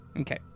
Okay